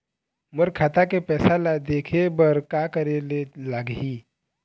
मोर खाता के पैसा ला देखे बर का करे ले लागही?